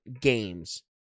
games